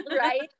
Right